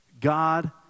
God